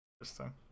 Interesting